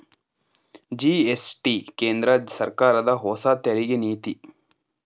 GST ಕೇಂದ್ರ ಸರ್ಕಾರದ ಹೊಸ ತೆರಿಗೆ ನೀತಿ